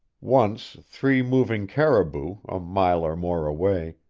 once three moving caribou, a mile or more away,